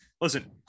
listen